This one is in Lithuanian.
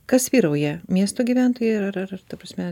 kas vyrauja miesto gyventojai ar ar ar ta prasme